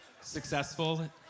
successful